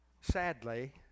sadly